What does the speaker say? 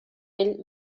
ell